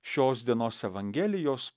šios dienos evangelijos